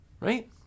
right